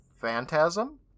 Phantasm